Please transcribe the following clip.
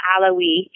Alawi